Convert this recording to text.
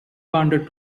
wanted